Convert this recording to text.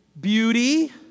beauty